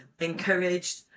encouraged